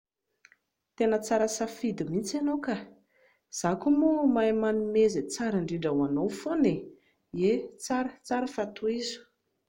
Tena tsara safidy mihintsy ianao ka, izaho koa moa manome izay tsara indrindra ho anao foana e, eny tsara, tsara fa tohizo